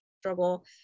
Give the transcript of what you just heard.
struggle